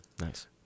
nice